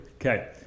okay